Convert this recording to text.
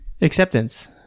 acceptance